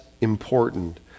important